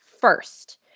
first